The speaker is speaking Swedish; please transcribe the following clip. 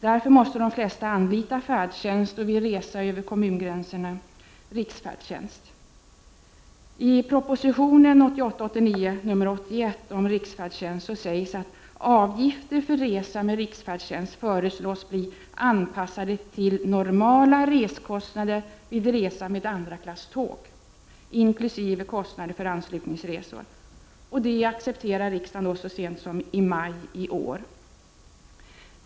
Därför måste de flesta anlita färdtjänst och vid resa över kommungränsen riksfärdtjänst. I propositionen 1988/89:81 om riksfärdtjänst sägs att ”avgifter för resa med riksfärdtjänst föreslås bli anpassade till normala reskostnader vid resa med andra klass tåg inkl. kostnader för anslutningsresor”. Det accepterade riksdagen så sent som i maj i år.